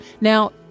Now